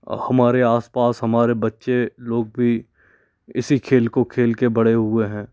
हमारे आस पास हमारे बच्चे लोग भी इसी खेल को खेल के बड़े हुए हैं